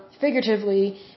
figuratively